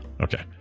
okay